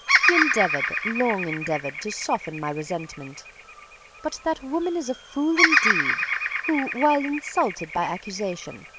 he endeavoured, long endeavoured, to soften my resentment but that woman is a fool indeed who, while insulted by accusation,